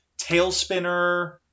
Tailspinner